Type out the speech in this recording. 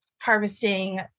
harvesting